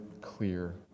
clear